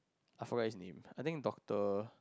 I forgot his name I think doctor